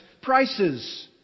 prices